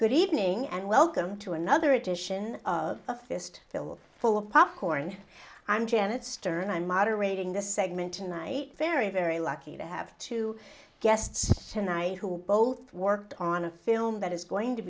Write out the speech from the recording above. good evening and welcome to another edition of a fist hill full of popcorn i'm janet stern i'm moderating this segment tonight very very lucky to have two guests tonight who both worked on a film that is going to